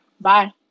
Bye